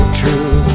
true